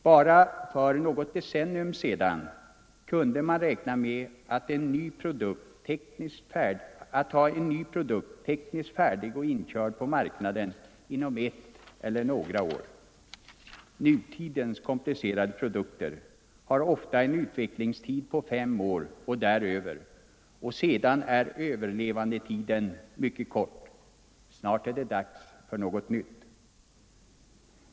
Bara för något decennium sedan kunde man räkna med att ha en ny produkt tekniskt färdig och inkörd på marknaden inom något eller några år. Nutidens komplicerade produkter har ofta en utvecklingstid på fem år och däröver, och sedan är överlevandetiden mycket kort — snart är det dags för något nytt.